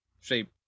shape